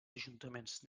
ajuntaments